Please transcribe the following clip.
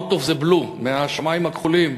out of the blue, מהשמים הכחולים,